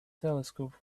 telescope